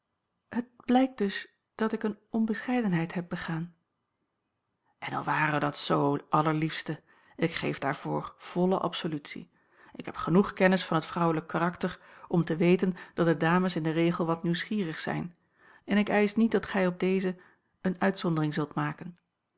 het blijkt dus dat ik eene onbescheidenheid heb begaan en al ware dat z allerliefste ik geef daarvoor volle absolutie ik heb genoeg kennis van het vrouwelijk karakter om te weten dat de dames in den regel wat nieuwsgierig zijn en ik eisch niet dat gij op dezen eene uitzondering zult maken